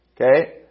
Okay